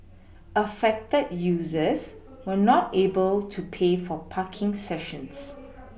affected users were not able to pay for parking sessions